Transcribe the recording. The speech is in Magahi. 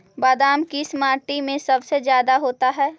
बादाम किस माटी में सबसे ज्यादा होता है?